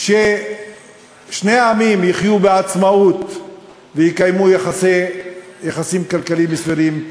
ששני עמים יחיו בעצמאות ויקיימו יחסים כלכליים מסודרים,